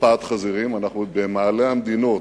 שפעת החזירים, אנחנו עוד במעלה המדינות,